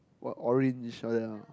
what orange like that ah